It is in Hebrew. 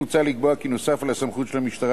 מוצע לקבוע כי נוסף על הסמכות של המשטרה